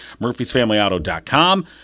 murphysfamilyauto.com